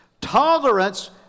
Tolerance